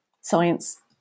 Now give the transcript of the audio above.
science